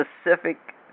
specific